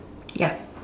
yep